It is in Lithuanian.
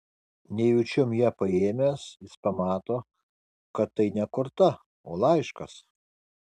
nejučiom ją paėmęs jis pamato kad tai ne korta o laiškas